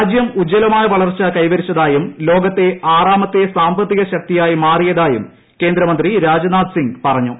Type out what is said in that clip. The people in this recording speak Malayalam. രാജ്യം ഉജ്ജ്വലമായ വളർച്ച കൈവരിച്ചതായും ലോകത്തെ ആറാമത്തെ സാമ്പത്തിക ശക്തിയായി മാറിയതായും കേന്ദ്രമന്ത്രി രാജ്നാഥ്സിംഗ് പറഞ്ഞു